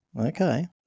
okay